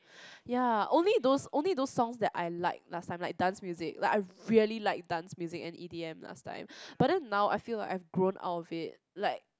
ya only those only those songs that I like last time like dance music like I really liked dance music and E_D_M last time but then now I feel like I've grown out of it like